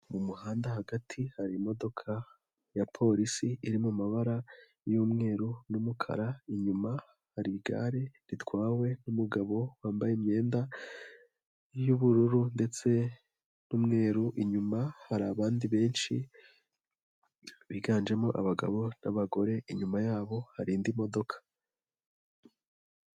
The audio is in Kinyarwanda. Mu muhanda hagati hari imodoka ya polisi iri mu mabara y'umweru n'umukara, inyuma hari igare ritwawe n'umugabo wambaye imyenda y'ubururu ndetse n'umweru, inyuma hari abandi benshi biganjemo abagabo n'abagore, inyuma yabo hari indi modoka.